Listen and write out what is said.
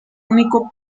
único